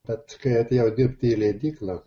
bet kai atėjau dirbti į leidyklą